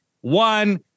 one